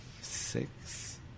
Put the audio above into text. six